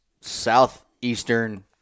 southeastern